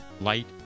light